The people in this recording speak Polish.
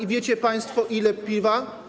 A wiecie państwo, ile piwa?